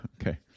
Okay